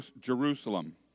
Jerusalem